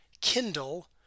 kindle